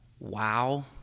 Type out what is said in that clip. wow